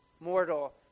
mortal